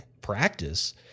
practice